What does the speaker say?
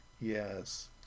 Yes